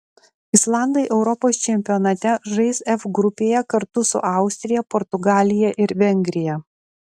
islandai europos čempionate žais f grupėje kartu su austrija portugalija ir vengrija